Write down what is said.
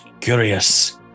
Curious